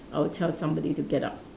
I will tell somebody to get up